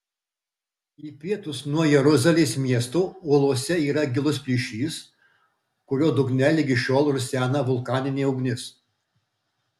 į pietus nuo jeruzalės miesto uolose yra gilus plyšys kurio dugne ligi šiol rusena vulkaninė ugnis